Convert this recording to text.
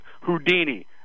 Houdini